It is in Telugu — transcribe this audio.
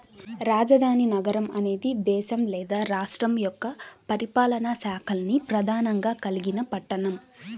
రాజధాని నగరం అనేది దేశం లేదా రాష్ట్రం యొక్క పరిపాలనా శాఖల్ని ప్రధానంగా కలిగిన పట్టణం